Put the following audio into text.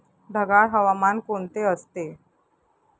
ढगाळ हवामान कोणते असते?